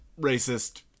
racist